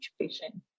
situation